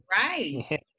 Right